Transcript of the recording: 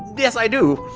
yes i do!